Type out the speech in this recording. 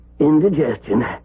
indigestion